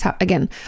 Again